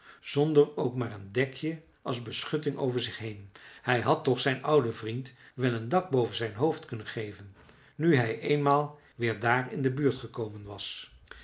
zonder ook maar een dekje als beschutting over zich heen hij had toch zijn ouden vriend wel een dak boven zijn hoofd kunnen geven nu hij eenmaal weer daar in de buurt gekomen was